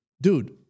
dude